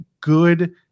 good